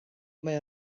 mae